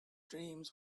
dreams